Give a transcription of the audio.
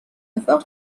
اتفاق